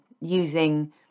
using